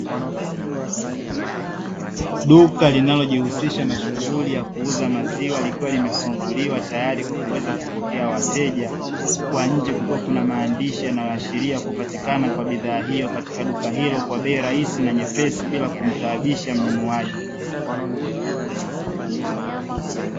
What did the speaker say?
Duka linalojihusisha na shughuli ya kuuza maziwa likiwa limefunguliwa tayari kwa kuweza kupokea wateja, huku kwa nje kukiwa kuna maandishi yanayoashiria kupatikana kwa bidhaa hiyo katika duka hilo kwa bei rahisi na nyepesi bila kumtaabisha mnunuaji.